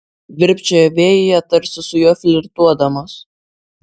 virpčiojo vėjyje tarsi su juo flirtuodamos